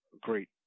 great